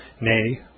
nay